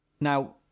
Now